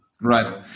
Right